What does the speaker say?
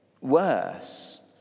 worse